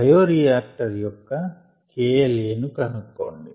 bioreactor యొక్క K L a ను కనుక్కోండి